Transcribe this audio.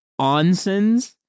onsens